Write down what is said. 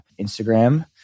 Instagram